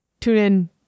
TuneIn